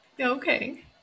Okay